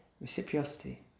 reciprocity